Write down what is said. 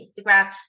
Instagram